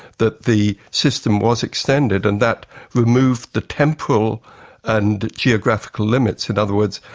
that the system was extended, and that removed the temporal and geographical limits. in other words,